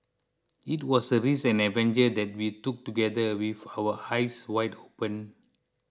it was a risk and an adventure that we took together with our eyes wide open